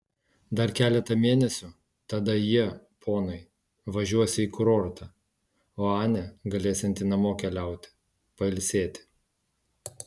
dar keletą mėnesių tada jie ponai važiuosią į kurortą o anė galėsianti namo keliauti pailsėti